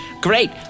Great